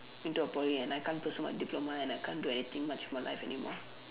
into a Poly and I can't pursue my diploma and I can't do anything much with my life anymore